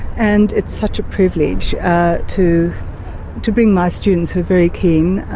and it's such a privilege to to bring my students who are very keen,